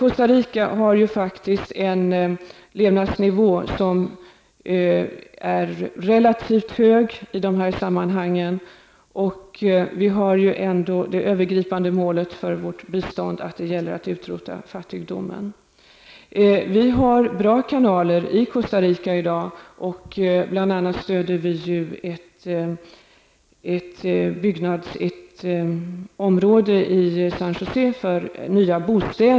Costa Rica har faktiskt en relativt hög levnadsnivå. Det övergripande målet för vårt bistånd är ju att utrota fattigdomen. I dag har vi bra kanaler i Costa Rica. Bl.a. ger vi stöd till ett område i San José, där det kommer att uppföras nya bostäder.